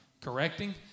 correcting